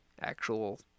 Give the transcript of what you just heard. actual